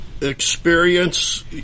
experience